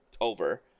over